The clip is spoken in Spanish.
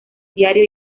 diario